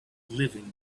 living